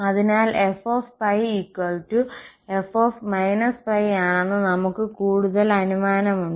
അതിനാൽ f π f −π ആണെന്ന് നമ്മൾ ക്ക് കൂടുതൽ അനുമാനമുണ്ട്